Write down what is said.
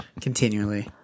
continually